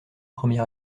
premier